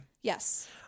Yes